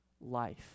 life